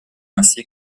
ainsi